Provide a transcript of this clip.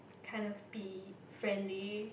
kind of be friendly